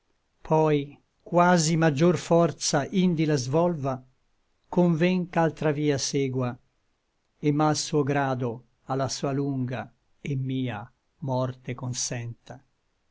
poi quasi maggior forza indi la svolva conven ch'altra via segua et mal suo grado a la sua lunga et mia morte consenta